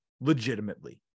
legitimately